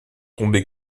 tombée